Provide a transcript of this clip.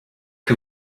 que